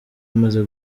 umaze